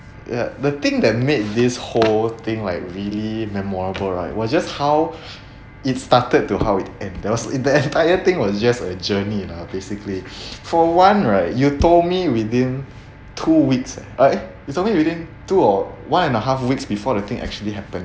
that the thing that made this whole thing like really memorable right was just how it started to how it end that was and the entire thing was just a journey lah basically for one right you told me within two weeks uh eh you told me within two or one and a half weeks before the thing actually happen